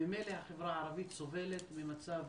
ממילא החברה הערבית סובלת ממצב